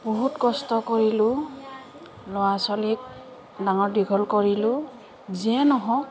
বহুত কষ্ট কৰিলোঁ ল'ৰা ছোৱালীক ডাঙৰ দীঘল কৰিলোঁ যিয়ে নহওক